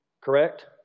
Correct